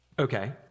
Okay